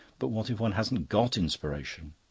but what if one hasn't got inspiration?